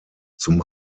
zum